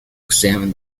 examine